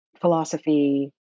philosophy